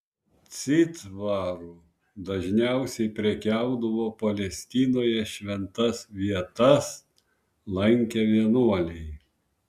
citvaru dažniausiai prekiaudavo palestinoje šventas vietas lankę vienuoliai